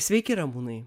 sveiki ramūnai